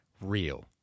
real